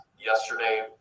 yesterday